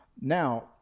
Now